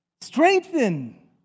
Strengthen